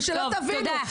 ושלא תבינו,